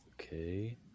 okay